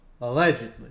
Allegedly